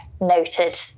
Noted